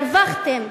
הרווחתם,